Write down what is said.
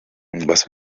was